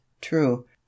true